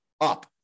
up